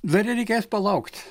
dar reikės palaukt